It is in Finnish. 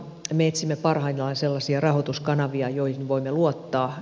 me etsimme parhaillaan sellaisia rahoituskanavia joihin voimme luottaa